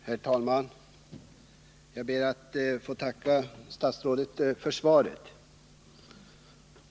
Herr talman! Jag ber att få tacka statsrådet för svaret.